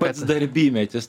pats darbymetis